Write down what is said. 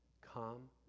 Calm